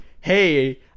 hey